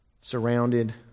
surrounded